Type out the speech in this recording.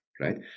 right